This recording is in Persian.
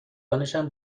دانشم